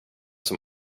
som